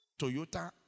Toyota